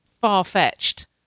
far-fetched